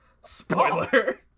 Spoiler